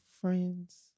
friends